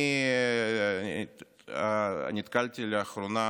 נתקלתי לאחרונה